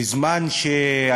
בזמן,